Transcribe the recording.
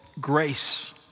Grace